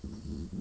mm